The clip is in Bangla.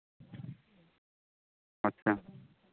আচ্ছা